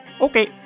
Okay